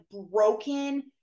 broken